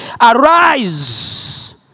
arise